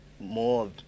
More